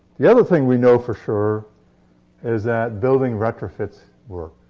the other thing we know for sure is that building retrofits work.